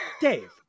Dave